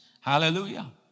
Hallelujah